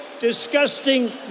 Disgusting